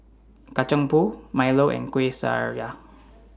Kacang Pool Milo and Kuih Syara